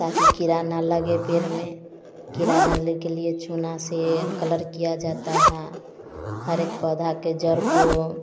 ताकि कीड़ा न लगे पेड़ में कीड़ा डालने के लिए चूना से कलर किया जाता है हरेक पौधा के जड़ को